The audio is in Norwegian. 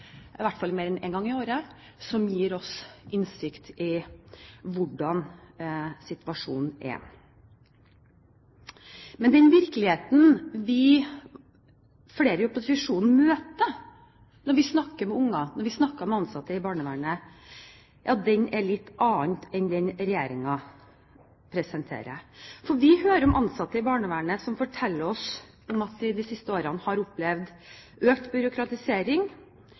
hvert fall ikke mer én gang i året – som gir oss innsikt i hvordan situasjonen er. Men den virkeligheten som vi, flere i opposisjonen, møter når vi snakker med barna, når vi snakker med ansatte i barnevernet, er en litt annen enn den regjeringen presenterer. Vi hører ansatte i barnevernet fortelle oss om at de i løpet av de siste årene har opplevd økt byråkratisering.